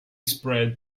spread